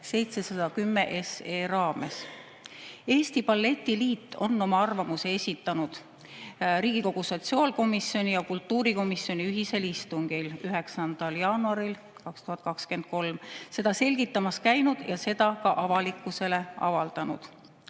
(710 SE) raames. Eesti Balletiliit on oma arvamuse esitanud Riigikogu sotsiaalkomisjoni ja kultuurikomisjoni ühisel istungil 9. jaanuaril 2023, seda selgitamas käinud ja seda ka avalikkusele avaldanud.